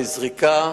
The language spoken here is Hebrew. לזריקה.